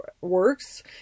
works